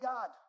God